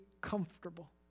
comfortable